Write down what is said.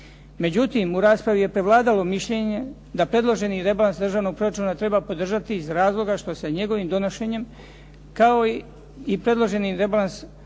Međutim, u raspravi je prevladalo mišljenje da predloženi rebalans državnog proračuna treba podržati iz razloga što se njegovim donošenjem, kao jednim od glavnih